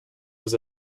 was